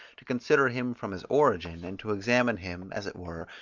to consider him from his origin, and to examine him, as it were,